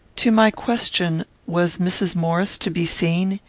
to my question, was mrs. maurice to be seen?